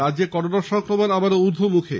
রাজ্যে করোনা সংক্রমণ আবার উর্ধ্বমুখী